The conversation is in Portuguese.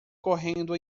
correndo